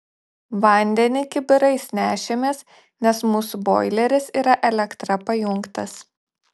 vandenį kibirais nešėmės nes mūsų boileris yra elektra pajungtas